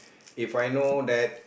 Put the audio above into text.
If I know that